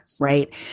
right